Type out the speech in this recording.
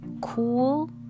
cool